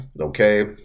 Okay